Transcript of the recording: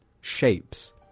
shapes